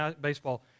Baseball